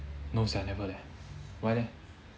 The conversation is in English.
no sia never leh why leh